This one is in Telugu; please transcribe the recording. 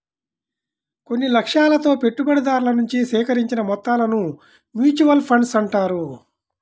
కొన్ని లక్ష్యాలతో పెట్టుబడిదారుల నుంచి సేకరించిన మొత్తాలను మ్యూచువల్ ఫండ్స్ అంటారు